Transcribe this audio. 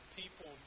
people